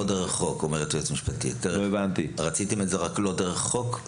אומרת היועצת המשפטית, שרציתם את זה לא דרך חוק.